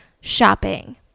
shopping